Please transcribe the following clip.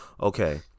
Okay